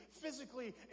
physically